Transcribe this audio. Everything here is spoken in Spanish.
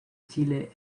chile